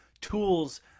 tools